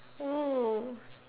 oh